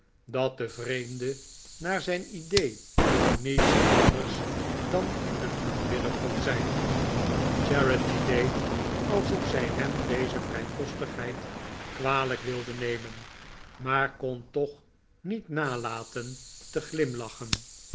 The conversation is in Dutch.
dat de vreemde naar zijn idee niets anders dan een aanbidder kon zijn charity deed alsof zij hem deze vrijpostigheid kwalijk wilde nemen maar kon toch niet nalaten te glimlachen